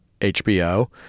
HBO